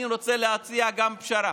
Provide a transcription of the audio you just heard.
אני רוצה להציע פשרה.